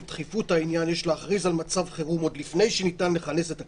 דחיפות הענין יש להכריז על מצב חירום עוד לפני שניתן לכנס את הכנסת,